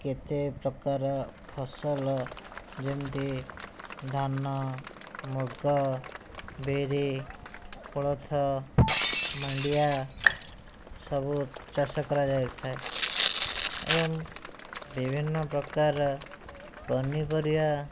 କେତେ ପ୍ରକାର ଫସଲ ଯେମିତି ଧାନ ମୁଗ ବିରି କୋଳଥ ମାଣ୍ଡିଆ ସବୁ ଚାଷ କରାଯାଇଥାଏ ଏବଂ ବିଭିନ୍ନ ପ୍ରକାରର ପନିପରିବା